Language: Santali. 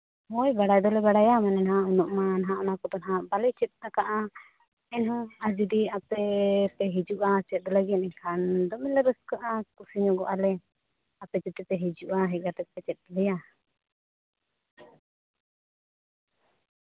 ᱦᱳᱭ ᱵᱟᱲᱟᱭ ᱫᱚᱞᱮ ᱵᱟᱲᱟᱭᱟ ᱢᱟᱱᱮ ᱦᱟᱸᱜ ᱩᱱᱟᱹᱜ ᱱᱟᱦᱟᱸᱜ ᱚᱱᱟ ᱠᱚᱫᱚ ᱱᱟᱦᱟᱸᱜ ᱵᱟᱞᱮ ᱪᱮᱫ ᱟᱠᱟᱫᱼᱟ ᱮᱱᱦᱚᱸ ᱟᱨ ᱡᱩᱫᱤ ᱟᱯᱮ ᱯᱮ ᱦᱤᱡᱩᱜᱼᱟ ᱪᱮᱫ ᱞᱟᱹᱜᱤᱫ ᱮᱱᱠᱷᱟᱱ ᱫᱚᱢᱮ ᱞᱮ ᱨᱟᱹᱥᱠᱟᱹᱜᱼᱟ ᱠᱩᱥᱤ ᱧᱚᱜᱚᱜᱼᱟᱞᱮ ᱟᱯᱮ ᱡᱩᱫᱤ ᱯᱮ ᱦᱤᱡᱩᱜᱼᱟ ᱦᱮᱡᱽ ᱠᱟᱛᱮᱫ ᱯᱮ ᱪᱮᱫ ᱟᱞᱮᱭᱟ